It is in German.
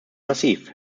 massiv